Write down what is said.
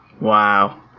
Wow